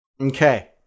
Okay